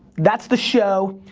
that's the show.